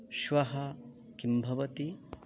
श्वः किं भवति